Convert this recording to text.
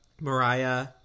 Mariah